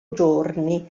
giorni